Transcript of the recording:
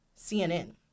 CNN